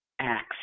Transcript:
Acts